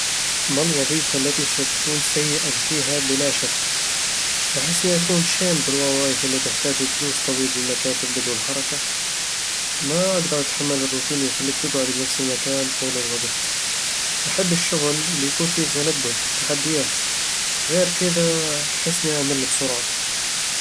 ما الوظيفة التي ستكون سيئًا فيها بلا شك؟ أحسني أكون شين بـ الوظايف اللي تحتاج جلوس طويل بالمكاتب بدون حركة ما أقدر أتحمل الروتين اللي يخليك تقعد بنفس المكان طول الوقت أحب الشغل اللي فيه تنقل وتحديات، غير كذا أحسني أمل بسرعة